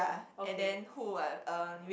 okay